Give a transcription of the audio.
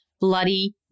Bloody